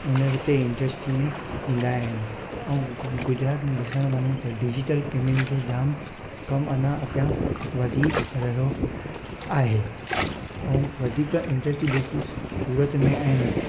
उन जो हिते इंड्रस्ट्री में ईंदा आहिनि ऐं गु गुजरात में ॾिसणु वञूं त डिजिटल पेमेंटूं जाम कमु अञा अॻियां वधी रहियो आहे ऐं वधीक इंड्रस्ट्री जेकी सूरत में आहिनि